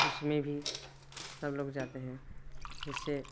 उसमें भी सब लोग जाते हैं जिससे